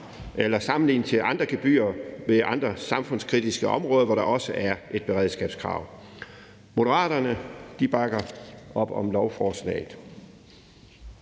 sammenlignet med gebyrer på andre samfundskritiske områder, hvor der også er et beredskabskrav. Moderaterne bakker op om lovforslaget.